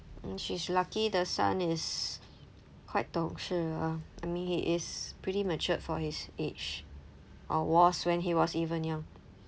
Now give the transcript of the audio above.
mm she's lucky the son is quite 懂事 ah I mean he is pretty matured for his age or was when he was even young